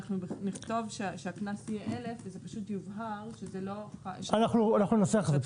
אנחנו נכתוב שהקנס יהיה 1,000 וזה פשוט יובהר --- אנחנו ננסח את זה.